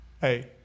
hey